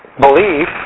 belief